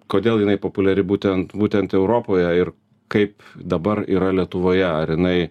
kodėl jinai populiari būtent būtent europoje ir kaip dabar yra lietuvoje ar jinai